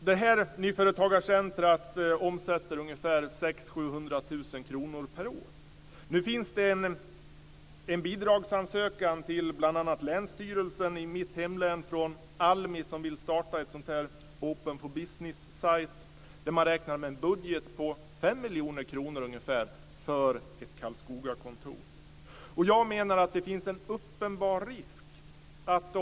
Det här nyföretagarcentrumet omsätter ungefär 600 000 Nu har ALMI skickat in en bidragsansökan till bl.a. länsstyrelsen i mitt hemlän för att man vill starta en Open for Business-sajt. Man räknar med en budget på ungefär fem miljoner kronor för ett Karlskogakontor. Jag menar att det finns en uppenbar risk i detta.